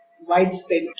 widespread